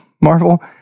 Marvel